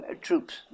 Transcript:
troops